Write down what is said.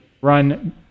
run